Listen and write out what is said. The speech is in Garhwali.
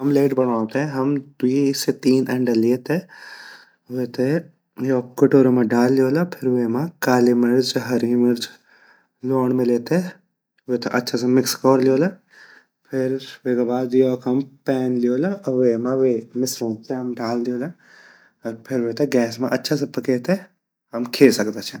ऑमलेट बंडोड़ो ते हम द्वी से तीन अंडा लये ते वेते योक कटोरा मा ढाल ल्योला अर वेमा काली मिर्च हरी मिर्च अर लवोंड़ मिले ते वेते अच्छा से मिछ कोर ल्योला अर फिर वेगा बाद हम योक पैन ल्योला अर फिर वे मिश्रणड ते डाल ल्योला फिर वेते गैस मा अच्छा से पके ते हम खे सकदा छिन।